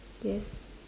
yes